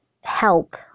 help